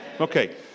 Okay